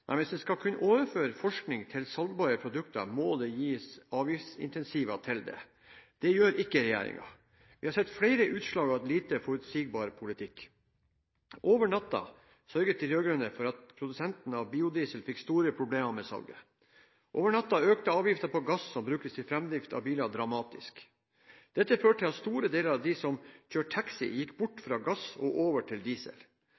men hvis en skal kunne overføre forskningen til salgbare produkter, må det gis avgiftsincentiver for det. Det gjør ikke regjeringen. Vi har sett flere utslag av en lite forutsigbar politikk. Over natten sørget de rød-grønne for at produsenten av biodiesel fikk store problemer med salget, over natten økte avgiftene på gass som brukes til framdrift av biler, dramatisk. Dette førte til at store deler av dem som kjører taxi, gikk bort fra gass og over til diesel. Som kjent er diesel